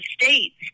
states